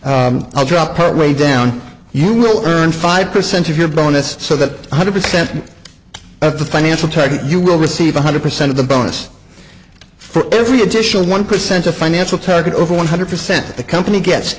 words i'll drop part way down you will earn five percent of your bonus so that one hundred percent of the financial taken you will receive one hundred percent of the bonus for every additional one percent a financial target over one hundred percent the company gets